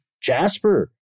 Jasper